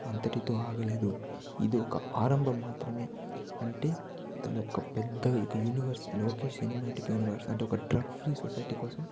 అంతటితో ఆగలేదు ఇది ఒక ఆరంభం మాత్రమే అంటే తను ఒక పెద్ద యూనివర్స్ లోకేష్ సినిమాటిక్ యూనివర్స్ అంటే డ్రగ్ ఫ్రీ సొసైటీ కోసం